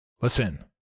Listen